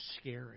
scary